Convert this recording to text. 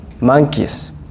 monkeys